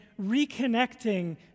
reconnecting